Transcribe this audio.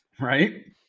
Right